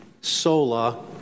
Sola